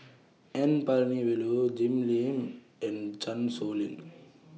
N Palanivelu Jim Lim and Chan Sow Lin